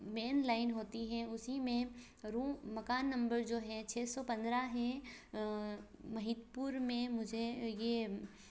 main line जो होती है उसी में रूम मकान नम्बर जो है छः सौ पंद्रह है हितपुर में मुझे यह